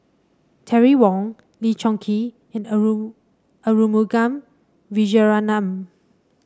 Terry Wong Lee Choon Kee and Arumugam Vijiaratnam